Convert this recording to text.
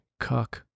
Cuck